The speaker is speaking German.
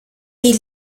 die